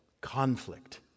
conflict